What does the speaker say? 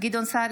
גדעון סער,